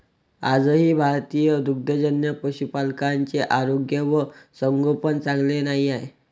आजही भारतीय दुग्धजन्य पशुपालकांचे आरोग्य व संगोपन चांगले नाही आहे